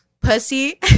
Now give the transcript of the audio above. Pussy